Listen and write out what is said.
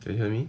can you hear me